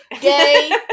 gay